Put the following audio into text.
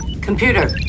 Computer